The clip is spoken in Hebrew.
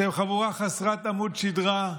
אתם חבורה חסרת עמוד שדרה,